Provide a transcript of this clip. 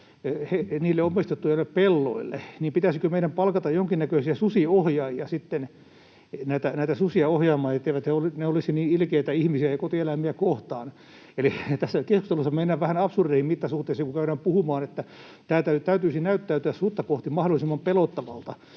niille omistetuille pelloille. Pitäisikö meidän palkata jonkinnäköisiä susiohjaajia sitten näitä susia ohjaamaan, etteivät ne olisi niin ilkeitä ihmisiä ja kotieläimiä kohtaan? Eli tässä keskustelussa mennään vähän absurdeihin mittasuhteisiin, kun käydään puhumaan, että täytyisi näyttäytyä sutta kohtaan mahdollisimman pelottavalta.